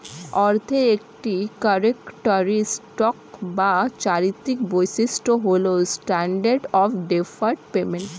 অর্থের একটি ক্যারেক্টারিস্টিক বা চারিত্রিক বৈশিষ্ট্য হল স্ট্যান্ডার্ড অফ ডেফার্ড পেমেন্ট